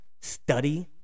study